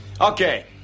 Okay